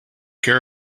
care